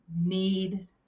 need